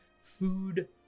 food